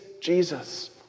Jesus